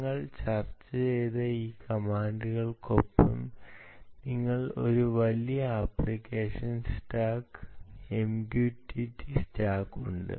ഞങ്ങൾ ചർച്ച ചെയ്ത ഈ കമാൻഡുകൾക്കൊപ്പം നിങ്ങൾക്ക് ഒരു വലിയ ആപ്ലിക്കേഷൻ സ്റ്റാക്ക് MQTT സ്റ്റാക്ക് ഉണ്ട്